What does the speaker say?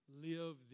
live